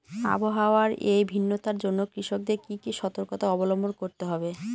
আবহাওয়ার এই ভিন্নতার জন্য কৃষকদের কি কি সর্তকতা অবলম্বন করতে হবে?